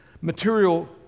material